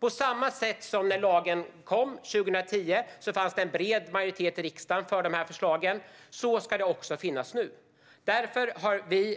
På samma sätt som det fanns en bred majoritet i riksdagen för de här förslagen när lagen kom 2010 ska det finnas en nu. Därför har vi